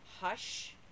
Hush